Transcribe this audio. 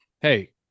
hey